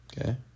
Okay